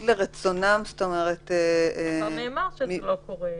לרצונם --- כבר נאמר שזה לא קורה.